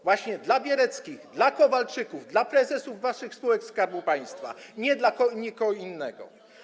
Właśnie dla Biereckich, dla Kowalczyków, dla prezesów waszych spółek Skarbu Państwa, dla nikogo innego.